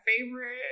favorite